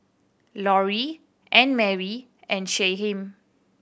Lori Annemarie and Shyheim